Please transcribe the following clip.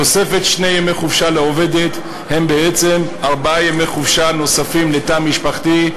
תוספת שני ימי חופשה היא בעצם ארבעה ימי חופשה נוספים לתא המשפחתי,